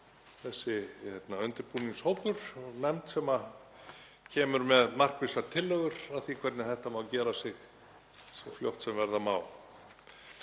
þessi undirbúningshópur, nefnd sem kemur með markvissar tillögur að því hvernig þetta má gera sig svo fljótt sem verða má.